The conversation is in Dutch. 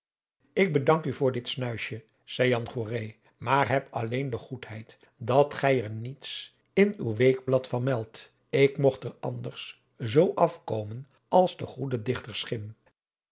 ik bedank u voor dit snuisje zeî jan goeree maar heb alleen de goedheid dat gij er niets in uw weekblad van meld ik mogt er anders zoo af komen als de goede